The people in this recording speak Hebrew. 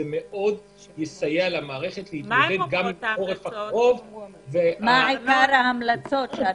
זה ייסע למערכת להתמודד --- מה בדיוק אומרות המלצות הוועדה?